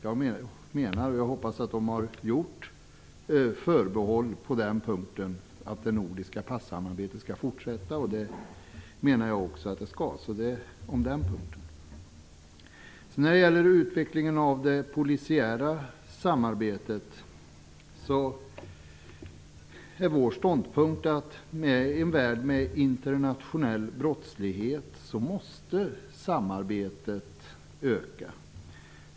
Jag anser, och jag hoppas att förbehåll gjorts på den punkten, att det nordiska passamarbetet skall fortsätta. När det gäller utvecklingen av det polisiära samarbetet är Vänsterpartiets ståndpunkt att i en värld med internationell brottslighet måste detta samarbete öka.